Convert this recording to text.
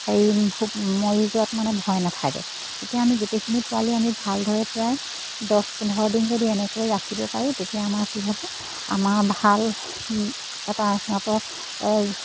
সেই মৰি যোৱাত মানে ভয় নাথাকে তেতিয়া আমি গোটেইখিনি পোৱালি আমি ভালদৰে প্ৰায় দহ পোন্ধৰ দিন যদি এনেকৈ ৰাখিব পাৰোঁ তেতিয়া আমাৰ কি হ'ব আমাৰ ভাল এটা সিহঁতৰ